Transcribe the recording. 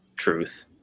Truth